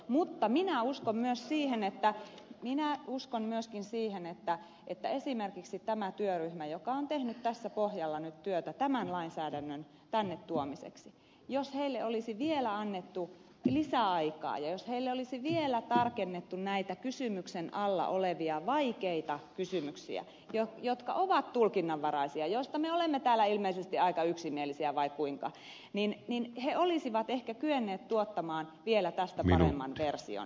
mutta minä uskon myös siihen että minä uskon myöskin siihen että jos esimerkiksi tälle työryhmälle joka on tehnyt tässä pohjalla työtä tämän lainsäädännön tänne tuomiseksi olisi vielä annettu lisäaikaa ja jos sille olisi vielä tarkennettu näitä kysymyksen alla olevia vaikeita kysymyksiä jotka ovat tulkinnanvaraisia joista me olemme täällä ilmeisesti aika yksimielisiä vai kuinka niin se olisi ehkä kyennyt tuottamaan vielä tätä paremman version